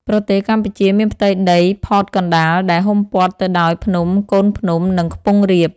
ប្រទេសកម្ពុជាមានផ្ទៃដីផតកណ្តាល ដែលហ៊ុំព័ទ្ធទៅដោយ ភ្នំ កូនភ្នំ និង ខ្ពង់រាប ។